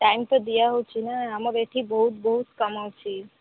time ତ ଦିଆ ହେଉଛି ନା ଆମର ଏଇଠି ବହୁତ ବହୁତ କାମ ଅଛି